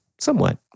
somewhat